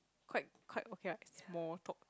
quite quite okay lah it's small talk